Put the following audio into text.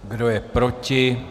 Kdo je proti?